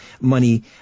money